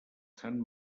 sant